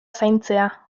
zaintzea